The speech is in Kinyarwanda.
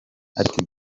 ati